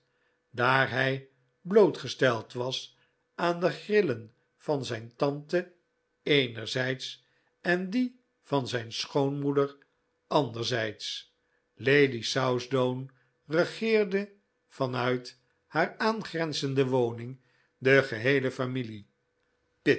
daar hij blootgesteld was aan de grillen van zijn tante eenerzijds en die van zijn schoonmoeder anderzijds lady southdown regeerde van uit haar aangrenzende woning de geheele familie